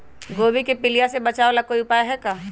गोभी के पीलिया से बचाव ला कोई उपाय है का?